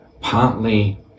partly